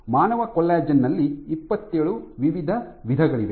ಮಾನವ ಕೊಲ್ಲಾಜೆನ್ ನಲ್ಲಿ ಇಪ್ಪತ್ತೇಳು ವಿವಿಧ ವಿಧಗಳಿವೆ